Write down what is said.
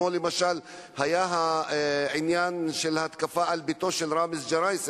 למשל ההתקפה על ביתו של ראמזי ג'ראיסי,